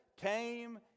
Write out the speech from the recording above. came